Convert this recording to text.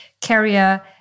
carrier